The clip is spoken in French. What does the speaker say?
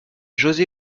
josé